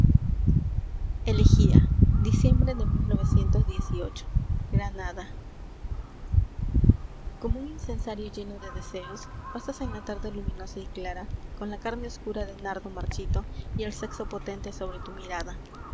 ie m b r e de omo un incensario lleno de deseos pasas en la tarde luminosa y clara con la carne oscura de nardo marchito y el sexo potente sobre tu mirada